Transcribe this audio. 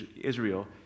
Israel